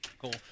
Cool